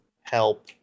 help